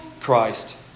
Christ